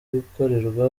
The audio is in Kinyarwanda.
gukorerwa